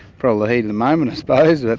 probably the heat of the moment i suppose. but